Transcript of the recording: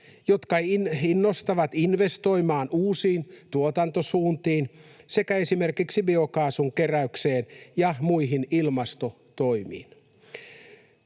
jotka innostavat investoimaan uusiin tuotantosuuntiin sekä esimerkiksi biokaasun keräykseen ja muihin ilmastotoimiin.